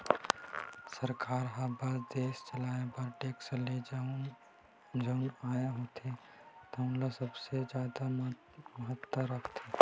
सरकार बर देस ल चलाए बर टेक्स ले जउन आय होथे तउने ह सबले जादा महत्ता राखथे